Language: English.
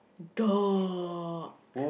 dog